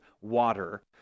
water